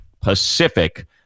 Pacific